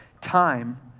time